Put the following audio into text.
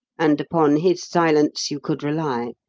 and upon his silence you could rely.